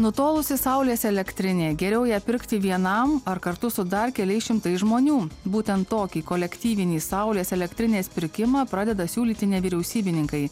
nutolusi saulės elektrinė geriau ją pirkti vienam ar kartu su dar keliais šimtais žmonių būtent tokį kolektyvinį saulės elektrinės pirkimą pradeda siūlyti nevyriausybininkai